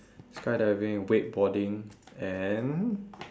skydiving wakeboarding and